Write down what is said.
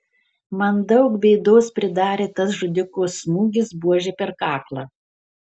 man daug bėdos pridarė tas žudiko smūgis buože per kaklą